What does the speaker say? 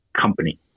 company